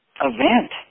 event